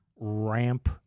ramp